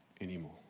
anymore